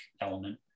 element